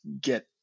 get